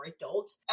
adult